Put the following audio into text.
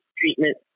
treatment